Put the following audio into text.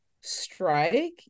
strike